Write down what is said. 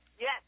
Yes